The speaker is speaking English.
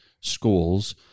schools